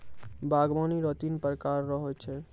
बागवानी रो तीन प्रकार रो हो छै